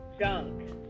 Junk